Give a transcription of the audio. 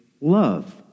love